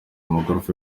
amagorofa